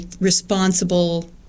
responsible